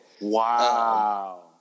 Wow